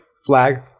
Flag